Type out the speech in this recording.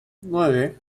nueve